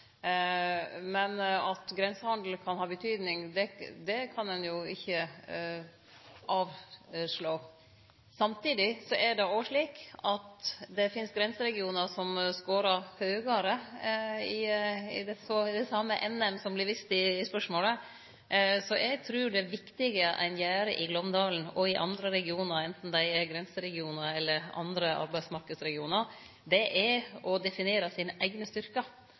Men at grensehandel kan ha betyding, kan ein ikkje avslå. Samtidig er det slik at det finst grenseregionar som skårar høgare i det same NM-et som det vart vist til i spørsmålet. Så eg trur det viktige ein gjer i Glåmdalen og andre regionar, anten dei er grenseregionar eller andre arbeidsmarknadsregionar, er å definere